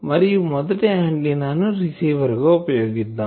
మరియు మొదటి ఆంటిన్నా ను రిసీవర్ గా ఉపయోగిద్దాం